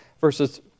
versus